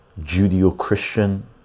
judeo-christian